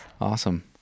Awesome